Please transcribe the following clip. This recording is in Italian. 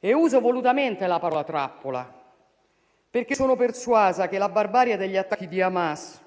Uso volutamente la parola «trappola», perché sono persuasa che la barbarie degli attacchi di Hamas,